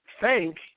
thank